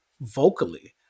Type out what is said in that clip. vocally